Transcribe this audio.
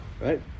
Right